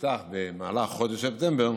שנפתחה במהלך חודש ספטמבר,